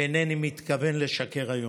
ואינני מתכוון לשקר היום.